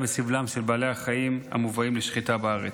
בסבלם של בעלי החיים המובאים לשחיטה בארץ.